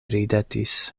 ridetis